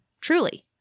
Truly